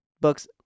books